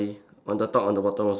on the top on the bottom also